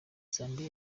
zambia